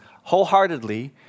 wholeheartedly